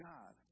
God